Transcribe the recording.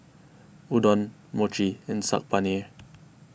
Udon Mochi and Saag Paneer